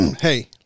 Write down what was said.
Hey